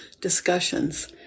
discussions